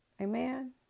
Amen